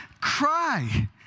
cry